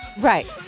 Right